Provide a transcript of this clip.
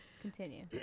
Continue